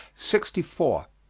sixty four.